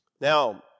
Now